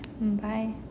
bye